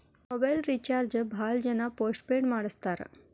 mobile recharge ಭಾಳ್ ಜನ post paid ಮಾಡಸ್ತಾರ